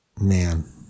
Man